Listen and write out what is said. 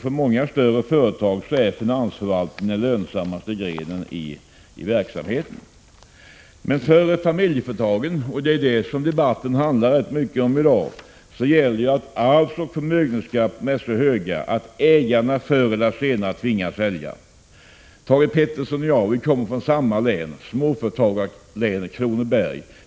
För många stora företag är finansförvaltningen den lönsammaste grenen i verksamheten. Men för familjeföretagen, och det är detta dagens debatt till stor del handlar om, är arvsoch förmögenhetsskatterna så höga att ägare förr eller senare tvingas sälja. Thage Peterson och jag kommer från samma län, småföretagarlänet Kronoberg.